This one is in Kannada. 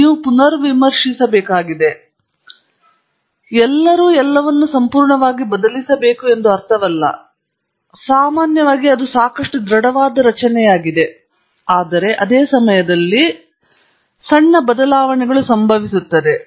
ನೀವು ಪುನರ್ವಿಮರ್ಶಿಸಬೇಕಾಗಿದೆ ಅದು ಎಲ್ಲವನ್ನೂ ಸಂಪೂರ್ಣವಾಗಿ ಬದಲಿಸಬೇಕು ಎಂದು ಅರ್ಥವಲ್ಲ ಸಾಮಾನ್ಯವಾಗಿ ಅದು ಸಾಕಷ್ಟು ದೃಢವಾದ ರಚನೆಯಾಗಿದೆ ಆದರೆ ಅದೇ ಸಮಯದಲ್ಲಿ ಸಂಭವಿಸುವ ಸಣ್ಣ ಬದಲಾವಣೆ ಇರುತ್ತದೆ